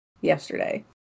yesterday